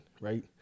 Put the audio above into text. right